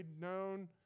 known